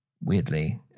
weirdly